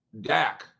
Dak